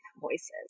voices